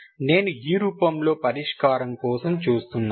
నేను ఈ రూపంలో పరిష్కారం కోసం చూస్తున్నాను